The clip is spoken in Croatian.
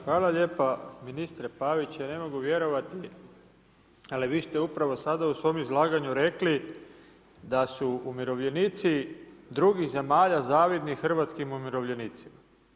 Hvala lijepo ministre Pavić, ja ne mogu vjerovati, ali vi ste upravo sada u svom izlaganju rekli da su umirovljenici drugi zemalja zavidni hrvatskim umirovljenicima.